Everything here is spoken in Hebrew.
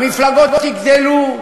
המפלגות יגדלו,